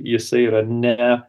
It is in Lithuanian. jisai yra ne